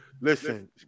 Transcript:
listen